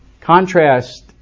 Contrast